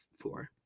four